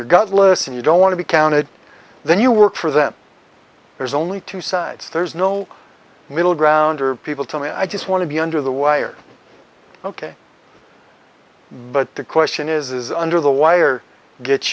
and you don't want to be counted then you work for them there's only two sides there's no middle ground or people tell me i just want to be under the wire ok but the question is is under the wire get